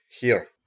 here